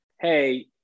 hey